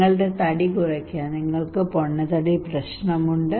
നിങ്ങളുടെ തടി കുറയ്ക്കുക നിങ്ങൾക്ക് പൊണ്ണത്തടി പ്രശ്നം ഉണ്ട്